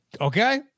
okay